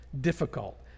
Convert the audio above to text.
difficult